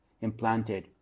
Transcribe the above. implanted